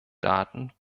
daten